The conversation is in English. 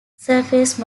surface